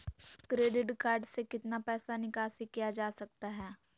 Credit card से कितना पैसा निकासी किया जा सकता है?